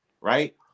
Right